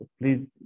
please